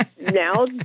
now